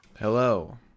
Hello